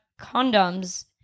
condoms